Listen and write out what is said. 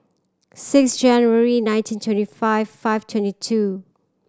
six January nineteen twenty five five twenty two